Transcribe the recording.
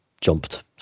jumped